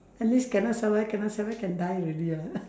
at least cannot survive cannot survive can die already ah